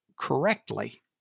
correctly